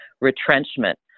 retrenchment